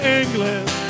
england